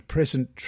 Present